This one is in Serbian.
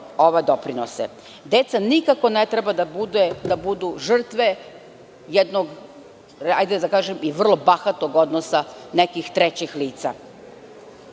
ove doprinose. Deca nikako ne treba da budu žrtve jednog, da kažem, i vrlo bahatog odnosa nekih trećih lica. Sada